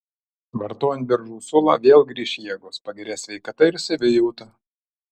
vartojant beržų sulą vėl grįš jėgos pagerės sveikata ir savijauta